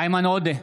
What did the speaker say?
איימן עודה,